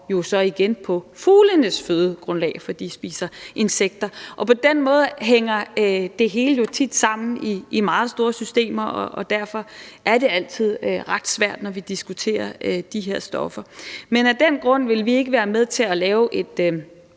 og så igen på fuglenes fødegrundlag, fordi de spiser insekter. På den måde hænger det hele jo tit sammen i meget store systemer, og derfor er det altid ret svært, når vi diskuterer de her stoffer. Men af den grund vil vi ikke være med til at lave et